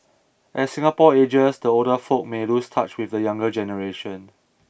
as Singapore ages the older folk may lose touch with the younger generation